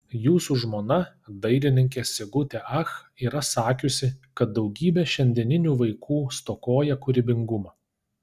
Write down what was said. jūsų žmona dailininkė sigutė ach yra sakiusi kad daugybė šiandieninių vaikų stokoja kūrybingumo